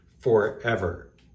forever